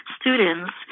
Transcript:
students